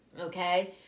okay